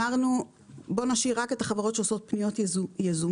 החלטנו להשאיר רק את החברות שעושות פניות יזומות.